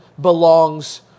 belongs